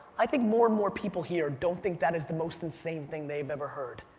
i think more and more people here don't think that is the most insane thing they've ever heard.